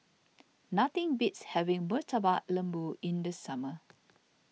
nothing beats having Murtabak Lembu in the summer